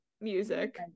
music